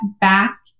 back